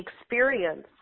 experience